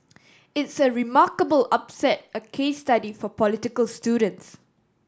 it's a remarkable upset a case study for political students